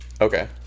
Okay